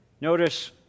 Notice